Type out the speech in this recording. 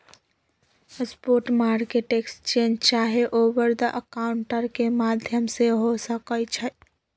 spot market exchange चाहे over the counter के माध्यम से हो सकइ छइ